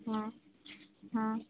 હં હં